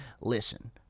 listen